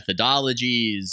methodologies